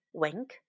wink